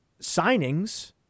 signings